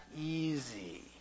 easy